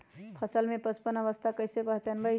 फसल में पुष्पन अवस्था कईसे पहचान बई?